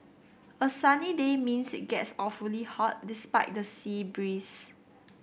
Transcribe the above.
a sunny day means it gets awfully hot despite the sea breeze